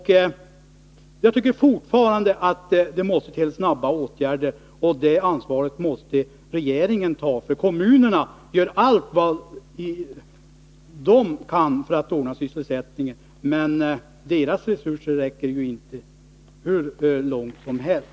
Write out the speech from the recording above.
Jag tycker fortfarande att det måste till snabba åtgärder. Och det ansvaret måste regeringen ta, för kommunerna gör allt vad de kan för att ordna sysselsättning, men deras resurser räcker ju inte hur långt som helst.